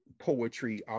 poetry